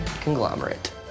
conglomerate